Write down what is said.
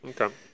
Okay